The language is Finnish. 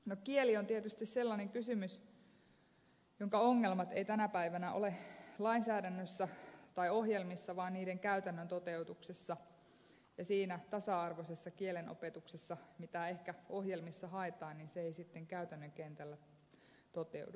no kieli on tietysti sellainen kysymys jonka ongelmat eivät tänä päivänä ole lainsäädännössä tai ohjelmissa vaan niiden käytännön toteutuksessa ja se tasa arvoinen kielenopetus mitä ehkä ohjelmissa haetaan ei sitten käytännön kentällä toteudu